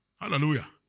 Hallelujah